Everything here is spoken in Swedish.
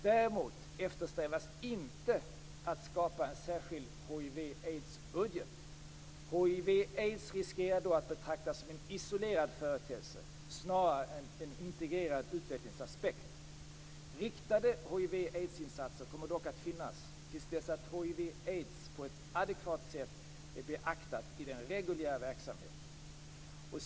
Däremot eftersträvas inte att skapa en särskild hiv aids riskerar då att betraktas som en isolerad företeelse snarare än en integrerad utvecklingsaspekt. Riktade hiv aids på ett adekvat sätt är beaktat i den reguljära verksamheten.